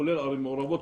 כולל ערים מעורבות,